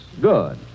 Good